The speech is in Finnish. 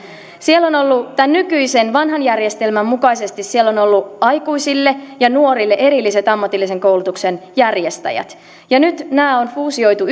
siellä on ollut tämän nykyisen vanhan järjestelmän mukaisesti aikuisille ja nuorille erilliset ammatillisen koulutuksen järjestäjät ja nyt nämä on fuusioitu